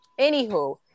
anywho